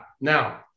Now